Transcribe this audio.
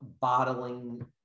bottling